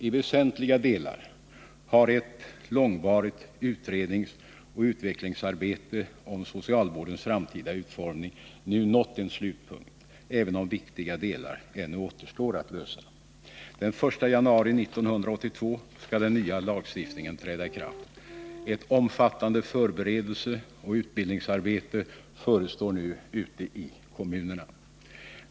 I väsentliga delar har ett långvarigt utredningsoch utvecklingsarbete i fråga om socialvårdens framtida utformning nu nått en slutpunkt, även om viktiga delar ännu återstår att klara av. Den 1 januari 1982 skall den nya lagen träda i kraft. Ett omfattande förberedelseoch utbildningsarbete förestår nu ute i kommunerna.